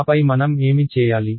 ఆపై మనం ఏమి చేయాలి